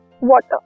water